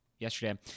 Yesterday